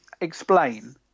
explain